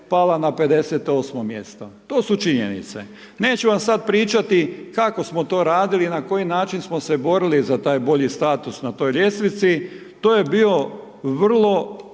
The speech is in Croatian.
pala na 58-mo mjesto, to su činjenice. Neću vam sada pričati kako smo to radili na koji način smo se borili za taj bolji status na toj ljestvici, to je bio vrlo